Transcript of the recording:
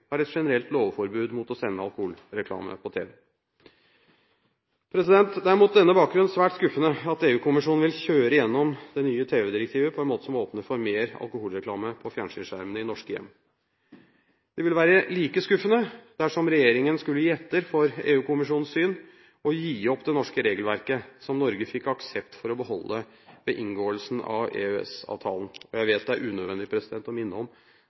har et generelt lovforbud mot å sende alkoholreklame på tv. Det er mot denne bakgrunn svært skuffende at EU-kommisjonen vil kjøre igjennom det nye tv-direktivet på en måte som åpner for mer alkoholreklame på fjernsynsskjermene i norske hjem. Det ville være like skuffende dersom regjeringen skulle gi etter for EU-kommisjonens syn og gi opp det norske regelverket, som Norge fikk aksept for å beholde ved inngåelsen av EØS-avtalen. Jeg vet det er unødvendig å minne om